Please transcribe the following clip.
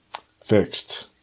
Fixed